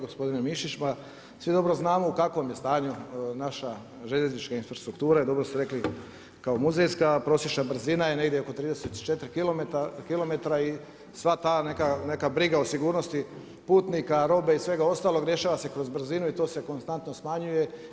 Gospodine Mišić, ma svi dobro znamo u kakvom je stanju naša željeznička infrastruktura i dobro ste rekli kao muzejska, a prosječna brzina negdje je oko 34km i sva ta neka briga o sigurnosti putnika, robe i svega ostalog rješava se kroz brzinu i to se konstantno smanjuje.